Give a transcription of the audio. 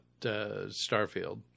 starfield